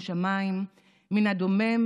כמו שמיים / מן הדומם,